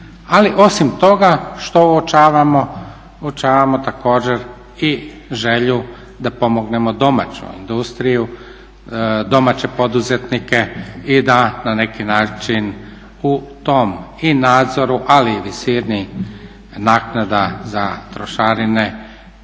Ali osim toga što uočavamo? Uočavamo također i želju da pomogne domaću industriju, domaće poduzetnike i da na neki način u tom i nadzoru, ali i visini naknada za trošarine